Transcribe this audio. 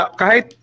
kahit